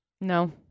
No